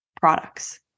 products